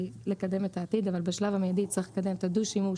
לקדם את העתיד הוא בקידום הדו-שימוש